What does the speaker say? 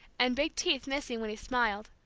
and big teeth missing when he smiled,